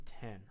ten